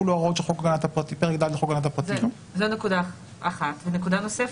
יראו מסר אלקטרוני ששלח הגוף הציבורי כאילו נשלח בדואר רשום,